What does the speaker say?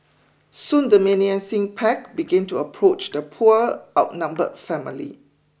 soon the menacing pack began to approach the poor outnumbered family